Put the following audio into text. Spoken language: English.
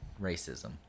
racism